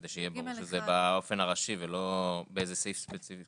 כדי שיהיה ברור שזה באופן הראשי ולא באיזה סעיף ספציפי.